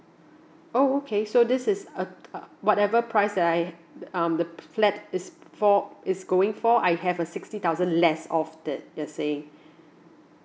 oh okay so this is uh uh whatever price that I um the flat is for is going for I have a sixty thousand less of that does it